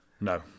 No